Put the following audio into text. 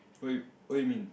what you what you mean